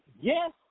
yes